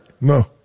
No